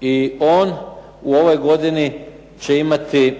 i on u ovoj godini će imati